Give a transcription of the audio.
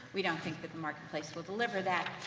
we don't think, that the marketplace will deliver that.